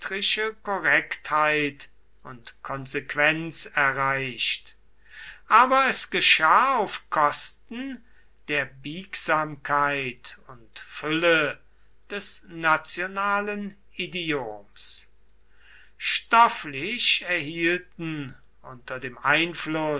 korrektheit und konsequenz erreicht aber es geschah auf kosten der biegsamkeit und fülle des nationalen idioms stofflich erhielten unter dem einfluß